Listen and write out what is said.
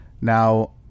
now